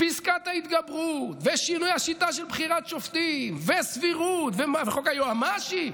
פסקת ההתגברות ושינוי השיטה של בחירת שופטים וסבירות וחוק היועמ"שים,